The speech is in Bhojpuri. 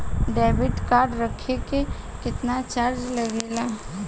डेबिट कार्ड रखे के केतना चार्ज लगेला?